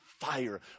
fire